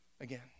again